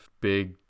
big